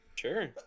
Sure